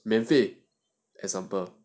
免费 example